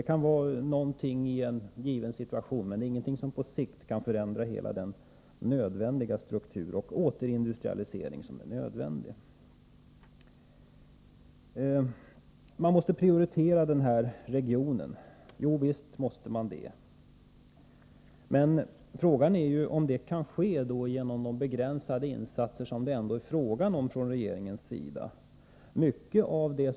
I en given situation kan sådana åtgärder vara bra, men de är inte någonting som på sikt kan förändra strukturen eller åstadkomma den återindustrialisering som är nödvändig. Man måste prioritera den här regionen — det är riktigt. Men frågan är om 43 det kan ske genom de begränsade insatser som man från regeringens sida är beredd att vidta.